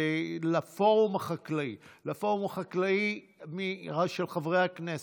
לפורום החקלאי, לפורום החקלאי של חברי הכנסת,